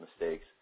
mistakes